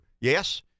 Yes